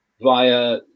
via